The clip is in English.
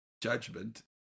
judgment